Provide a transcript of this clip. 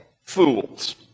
fools